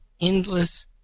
endless